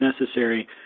necessary